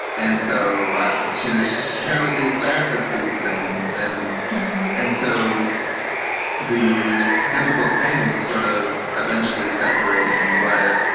and so i would continue to share with these therapists these things. and and so the difficult thing was sort of eventually separating what